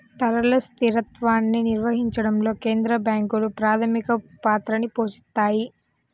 ధరల స్థిరత్వాన్ని నిర్వహించడంలో కేంద్ర బ్యాంకులు ప్రాథమిక పాత్రని పోషిత్తాయి